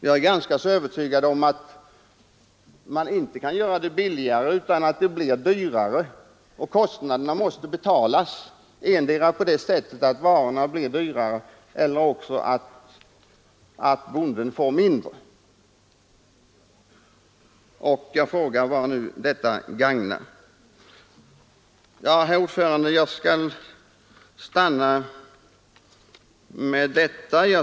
Jag är ganska övertygad om att det skulle bli dyrare, och kostnaderna måste betalas. Endera blir varorna dyrare eller får bonden mindre betalt.